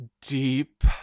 deep